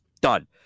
Done